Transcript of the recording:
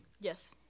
Yes